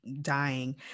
dying